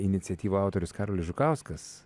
iniciatyvų autorius karolis žukauskas